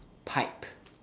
pipe